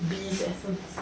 bee's essence